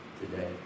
today